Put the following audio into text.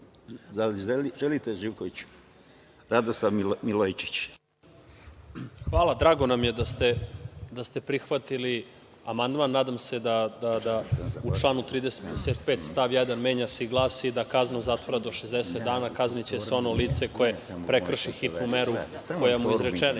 Milojičić. **Radoslav Milojičić** Hvala. Drago nam je da ste prihvatili amandman da se u članu 35. stav 1. menja se i glasi da kazna zatvora do 60 dana kazniće se ono lice koje prekrši hitnu meru koja mu je izrečena.